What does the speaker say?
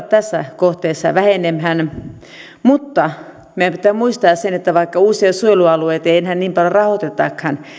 tässä kohteessa vähenemään mutta meidän pitää muistaa se että vaikka uusia suojelualueita ei enää niin paljon rahoitetakaan